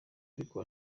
ariko